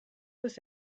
was